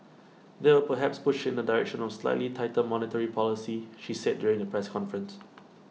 that would perhaps push in the direction of slightly tighter monetary policy she said during the press conference